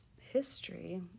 history